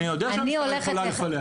אני יודע שאת יכולה לפלח.